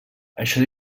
això